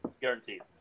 Guaranteed